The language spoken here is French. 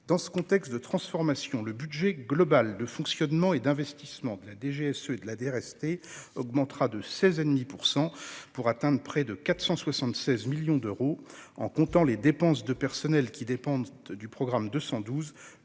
Dans ce contexte de transformation, le budget global de fonctionnement et d'investissement de la DGSE et de la DRSD augmentera de 16,5 %, pour atteindre près 476 millions d'euros. En comptant les dépenses de personnel qui dépendent du programme 212,